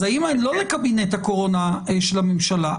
אז לא לקבינט הקורונה של הממשלה,